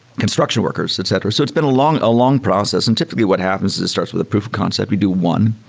construction workers, etc. so it's been a long a long process, and typically what happens is it starts with a proof of concept. we do one.